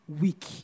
week